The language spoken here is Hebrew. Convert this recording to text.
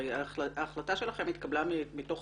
הרי ההחלטה שלכם התקבלה מתוך